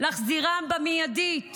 להחזירם במיידית